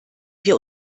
wir